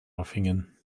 aufhängen